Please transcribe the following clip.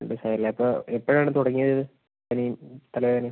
രണ്ടുദിവസമായല്ലേ എപ്പോൾ എപ്പോഴാണ് തുടങ്ങിയത് ഇത് പനിയും തലവേദനയും